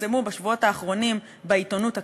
שהתפרסמו בשבועות האחרונים בעיתונות הכלכלית,